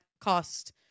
cost